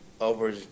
over